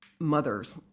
Mothers